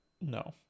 No